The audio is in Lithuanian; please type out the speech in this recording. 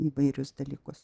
įvairius dalykus